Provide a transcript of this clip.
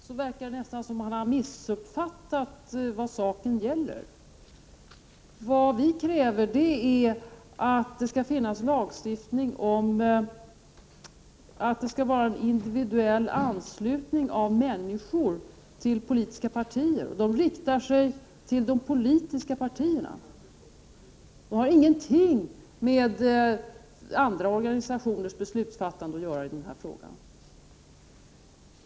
Fru talman! Det förefaller som om Lars-Ove Hagberg har missuppfattat vad saken gäller. Vi kräver lagstiftning om att det skall vara individuell anslutning av människor till politiska partier. En sådan lagstiftning riktar sig alltså till de politiska partierna och har ingenting med andra organisationers beslutsfattande i den här frågan att göra.